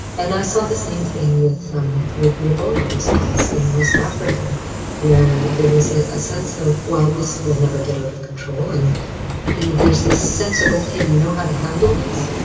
and i saw the same thing with with the ebola response in west africa where there was a ah sense of, well, this will never get out of control. and you know there is this sense of, okay, we know how to handle this.